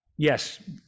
Yes